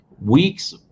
weeks